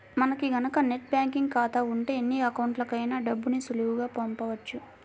మనకి గనక net banking ఖాతా ఉంటే ఎన్ని అకౌంట్లకైనా డబ్బుని సులువుగా పంపొచ్చు